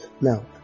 now